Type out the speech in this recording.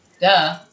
duh